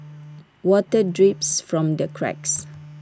water drips from the cracks